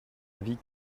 avis